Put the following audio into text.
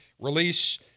release